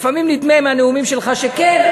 לפעמים נדמה מהנאומים שלך שכן,